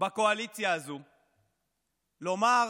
בקואליציה הזו לומר: